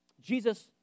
Jesus